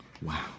Wow